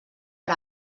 per